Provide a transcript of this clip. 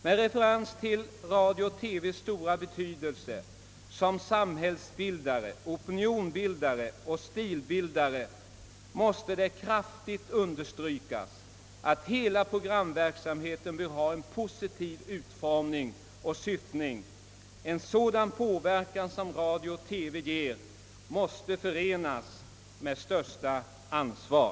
Med hänsyn till radions och televisionens stora betydelse som samhällsbildande, opinionsbildande och stilbildande organ måste det kraftigt understrykas att hela programverksamheten bör ha en positiv utformning och syftning. En sådan påverkan som radio och TV ger måste förenas med det största ansvar.